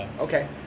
Okay